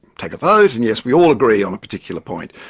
take a vote, and yes we all agree on a particular point.